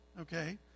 okay